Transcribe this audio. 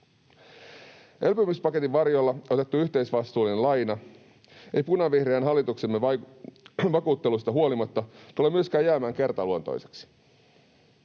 Elpymispaketin varjolla otettu yhteisvastuullinen laina ei punavihreän hallituksemme vakuutteluista huolimatta tule myöskään jäämään kertaluontoiseksi.